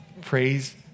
Praise